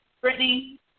Brittany